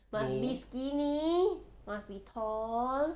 must be skinny must be tall